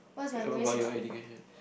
about your education